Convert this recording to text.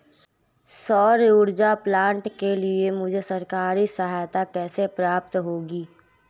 सौर ऊर्जा प्लांट के लिए मुझे सरकारी सहायता कैसे प्राप्त होगी?